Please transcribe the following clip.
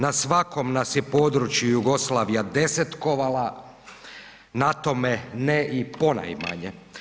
Na svakom nas je području Jugoslavija desetkovala, na tome ne i ponajmanje.